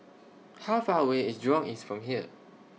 How Far away IS Jurong East from here